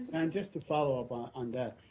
just to follow up um on that,